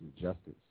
Justice